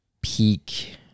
peak